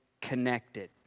connected